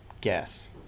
guess